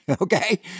okay